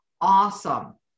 Awesome